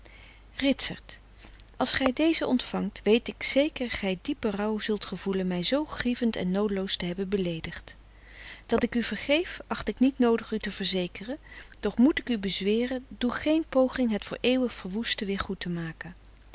ritsert als gij dezen ontvangt weet ik zeker gij diep berouw zult gevoelen mij zoo grievend en noodeloos te hebben beleedigd dat ik u vergeef acht ik niet noodig u te verzekeren doch moet ik u bezweren doe geen poging het voor eeuwig verwoeste weer goed te maken